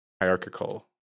hierarchical